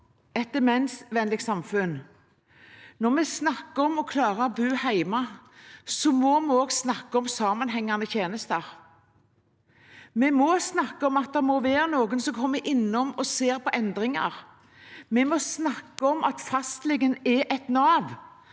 et demensvennlig samfunn, når vi snakker om å klare å bo hjemme, må vi også snakke om sammenhengende tjenester. Vi må snakke om at det må være noen som kommer innom og ser etter endringer. Vi må snakke om at fastlegen er et nav.